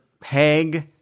peg